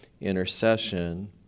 intercession